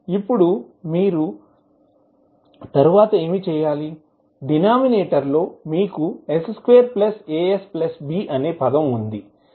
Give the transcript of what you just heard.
ఇప్పుడు మీరు తరువాత ఏమి చేయాలి డినోమినేటర్ లో మీకు s2asb అనే పదం ఉంటుంది